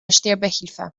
sterbehilfe